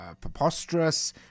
preposterous